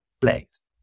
place